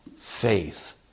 Faith